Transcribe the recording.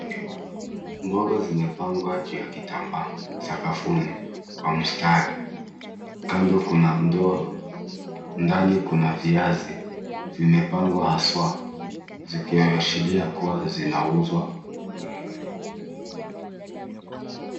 Mboga zimepangwa juu ya kitambaa sakafuni kwa mstari. Kando kuna ndoo ndani kuna viazi wimepangwa haswa zikiashiria kua zinauzwa.